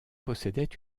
possédait